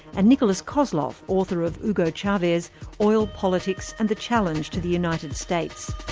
and nikolas kozloff, author of hugo chavez oil, politics, and the challenge to the united states.